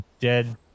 dead